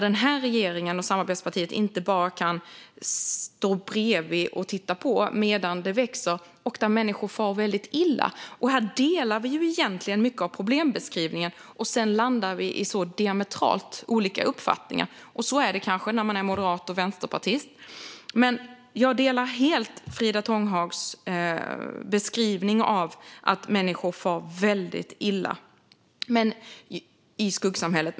Den här regeringen och samarbetspartiet kan inte bara stå bredvid och titta på medan det växer och människor far illa. Jag och Frida Tånghag håller egentligen med varandra om en stor del av problembeskrivningen. Sedan landar vi i diametralt olika uppfattningar. Så är det kanske när man är moderat respektive vänsterpartist. Jag instämmer helt i Frida Tånghags beskrivning av att människor far väldigt illa i skuggsamhället.